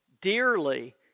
dearly